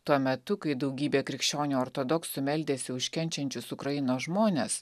tuo metu kai daugybė krikščionių ortodoksų meldėsi už kenčiančius ukrainos žmones